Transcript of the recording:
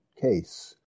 case